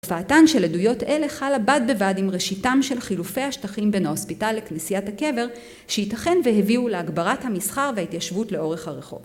הופעתן של עדויות אלה חל הבד בבד עם ראשיתם של חילופי השטחים בין ההוספיטל לכנסיית הקבר שייתכן והביאו להגברת המסחר וההתיישבות לאורך הרחוב.